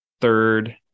third